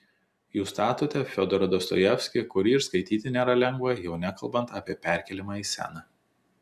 jūs statote fiodorą dostojevskį kurį ir skaityti nėra lengva jau nekalbant apie perkėlimą į sceną